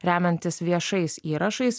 remiantis viešais įrašais